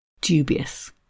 dubious